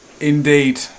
Indeed